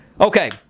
Okay